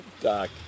Doc